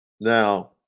Now